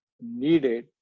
needed